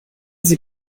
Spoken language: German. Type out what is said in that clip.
sie